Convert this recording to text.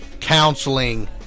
counseling